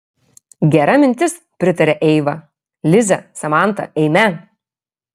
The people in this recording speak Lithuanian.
gera mintis pritarė eiva lize samanta eime